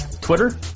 Twitter